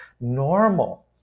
normal